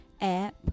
app